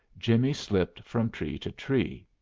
jimmie slipped from tree to tree.